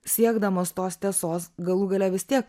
siekdamas tos tiesos galų gale vis tiek